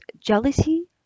jealousy